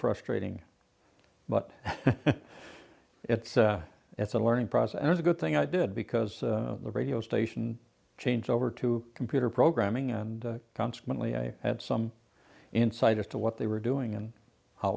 frustrating but it's a it's a learning process and it's a good thing i did because the radio station changed over to computer programming and consequently i had some insight as to what they were doing and how